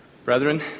Brethren